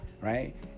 right